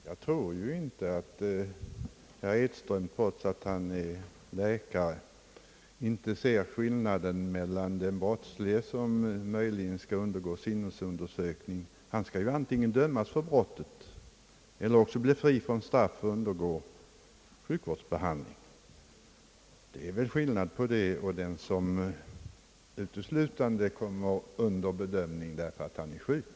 Herr talman! Jag tror inte att herr Edström, trots att han här talar som läkare, inte skulle se skillnaden mellan den brottslige, som möjligen skall undergå sinnesundersökning, och den sjuke. Den brottslige skall ju antingen dömas för brottet eller bli fri från straff och undergå sjukvårdsbehandling. Det är skillnad på detta och de fall som gäller personer vilka uteslutande kommer under bedömning därför att de är sjuka.